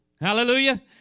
Hallelujah